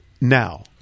now